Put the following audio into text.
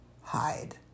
hide